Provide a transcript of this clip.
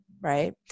Right